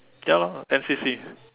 ya lor N_C_C